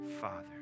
Father